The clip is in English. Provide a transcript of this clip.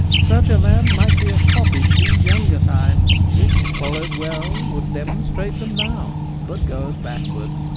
such a man might be a copy to these younger times which, followed well, would demonstrate them now but goers backward.